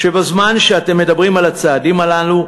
שבזמן שאתם מדברים על הצעדים הללו,